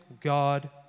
God